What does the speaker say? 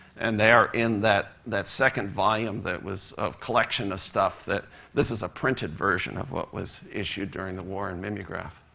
and they are in that that second volume that was a collection of stuff that this is a printed version of what was issued during the war in mimeograph.